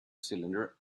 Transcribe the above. cylinder